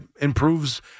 improves